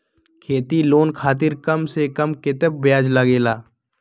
खेती लोन खातीर कम से कम कतेक ब्याज लगेला?